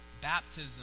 Baptism